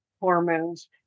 hormones